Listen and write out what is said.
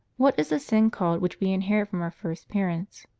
what is the sin called which we inherit from our first parents?